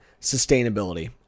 sustainability